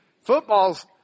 football's